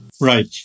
Right